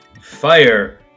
Fire